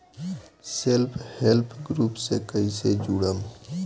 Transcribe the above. Self help group से कइसे जुड़म?